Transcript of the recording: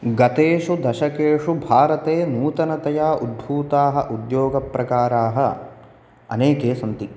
गतेषु दशकेषु भारते नूतनतया उद्भूताः उद्योगप्रकाराः अनेके सन्ति